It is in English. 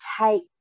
take